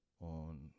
on